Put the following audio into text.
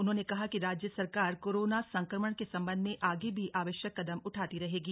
उन्होंने कहा कि राज्य सरकार कोरोना संक्रमण के संबंध में आगे भी आवश्यक कदम उठाती रहेगी